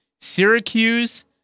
Syracuse